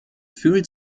fühlt